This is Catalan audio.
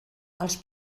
els